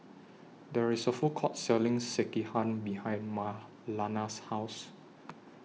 There IS A Food Court Selling Sekihan behind Marlana's House